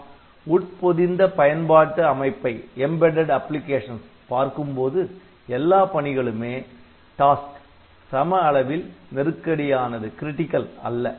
நாம் உட்பொதிந்த பயன்பாட்டு அமைப்பை பார்க்கும் போது எல்லா பணிகளுமே சம அளவில் நெருக்கடியானது அல்ல